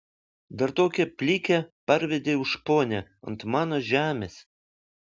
dar tokią plikę parvedei už ponią ant mano žemės